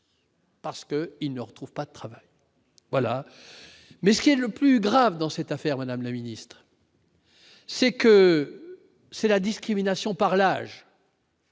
Parce que il ne retrouve pas de travail, voilà, mais ce qui est le plus grave dans cette affaire, Madame la Ministre. C'est que c'est la discrimination par l'âge.